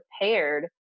prepared